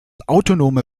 autonome